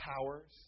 powers